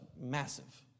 massive